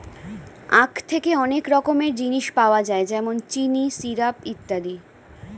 আখ থেকে অনেক রকমের জিনিস পাওয়া যায় যেমন চিনি, সিরাপ ইত্যাদি